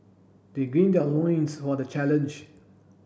they their loins for the challenge